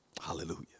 hallelujah